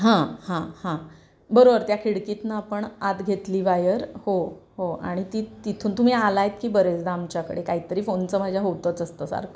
हां हां हां बरोबर त्या खिडकीतून आपण आत घेतली वायर हो हो आणि ती तिथून तुम्ही आलायत की बरेचदा आमच्याकडे काही तरी फोनचं माझ्या होतच असतं सारखं